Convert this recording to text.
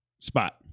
Spot